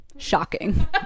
shocking